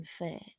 unfair